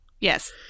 Yes